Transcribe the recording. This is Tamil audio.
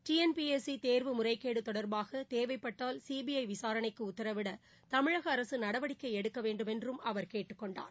டிஎன்பிஎஸ்சி தேர்வு முறைகேடு தொடர்பாக தேவைப்பட்டால் சிபிஐ விசாரணைக்கு உத்தரவிட தமிழக அரசு நடவடிக்கை எடுக்க வேண்டும் என்றும் அவர் கேட்டுக்கொண்டார்